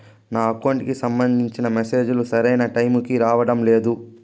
నా అకౌంట్ కి సంబంధించిన మెసేజ్ లు సరైన టైముకి రావడం లేదు